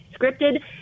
scripted